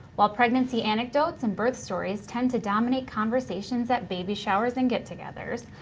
while pregnancy anecdotes and birth stories tend to dominate conversations at baby showers and get-togethers,